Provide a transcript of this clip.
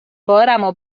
بارمو